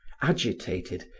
agitated,